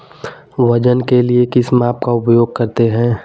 वजन के लिए किस माप का उपयोग करते हैं?